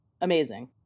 Amazing